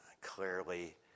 clearly